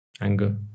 Anger